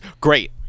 Great